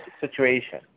situation